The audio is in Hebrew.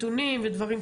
זה נראה.